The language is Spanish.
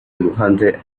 dibujante